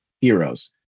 heroes